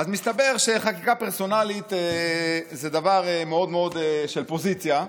אז מסתבר שחקיקה פרסונלית זה דבר מאוד מאוד של פוזיציה.